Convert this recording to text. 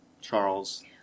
Charles